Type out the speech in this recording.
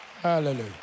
hallelujah